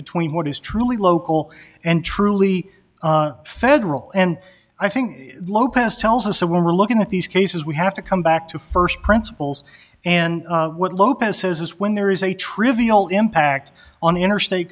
between what is truly local and truly federal and i think lopez tells us when we're looking at these cases we have to come back to first principles and what lopez says is when there is a trivial impact on interstate